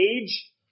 age